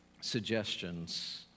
suggestions